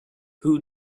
who